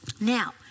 Now